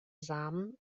samen